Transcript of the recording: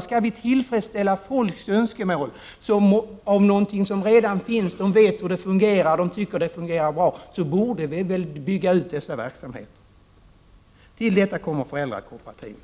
Om vi skall tillfredsställa folks önskemål i fråga om något som redan finns och som de tycker fungerar bra, då borde vi väl bygga ut dessa verksamheter. Till detta kommer föräldrakooperativen.